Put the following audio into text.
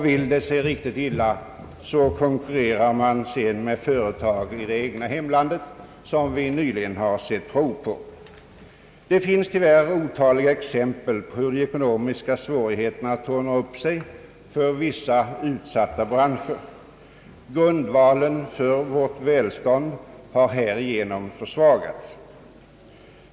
Vill det sig riktigt illa, konkurrerar man med företag i det egna hemlandet, som vi nyligen sett prov på. Det finns tyvärr otaliga exempel på hur de ekonomiska svårigheterna tornar upp sig för vissa utsatta branscher. Grundvalen för vårt välstånd har därigenom försvagats.